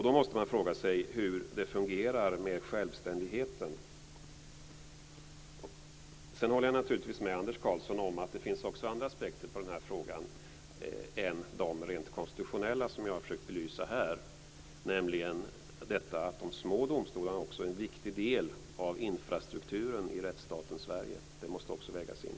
Man måste fråga sig hur det då fungerar med självständigheten. Jag håller naturligtvis med Anders Karlsson om att det finns också andra aspekter på den här frågan än de rent konstitutionella, som jag har försökt belysa här, nämligen att de små domstolarna är en viktig del av infrastrukturen i rättsstaten Sverige. Också detta måste vägas in.